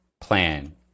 plan